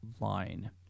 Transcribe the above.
line